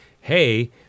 hey